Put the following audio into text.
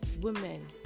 women